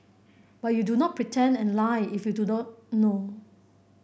but you do not pretend and lie if you do not know